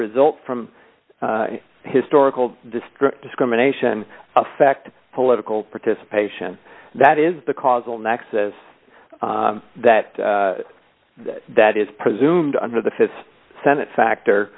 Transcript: result from historical district discrimination affect political participation that is the causal nexus that that is presumed under the th senate factor